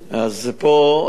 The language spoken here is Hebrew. אז פה אני,